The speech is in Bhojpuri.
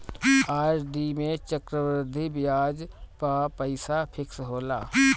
आर.डी में चक्रवृद्धि बियाज पअ पईसा फिक्स होला